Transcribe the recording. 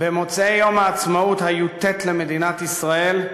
במוצאי יום העצמאות הי"ט למדינת ישראל,